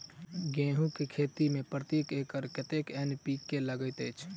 गेंहूँ केँ खेती मे प्रति एकड़ कतेक एन.पी.के लागैत अछि?